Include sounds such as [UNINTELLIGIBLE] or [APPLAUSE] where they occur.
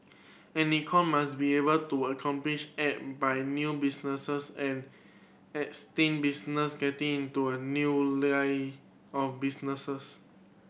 an economy must be able to [UNINTELLIGIBLE] by new businesses and existing business getting into a new line of businesses